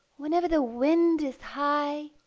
whenever the wind is high,